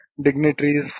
dignitaries